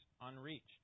unreached